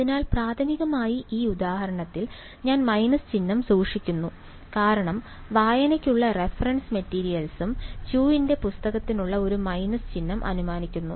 അതിനാൽ പ്രാഥമികമായി ഈ ഉദാഹരണത്തിൽ ഞാൻ മൈനസ് ചിഹ്നം സൂക്ഷിക്കുന്നു കാരണം വായനയ്ക്കുള്ള റഫറൻസ് മെറ്റീരിയലും ച്യൂവിന്റെ Chew's പുസ്തകത്തിലുള്ള ഒരു മൈനസ് ചിഹ്നം അനുമാനിക്കുന്നു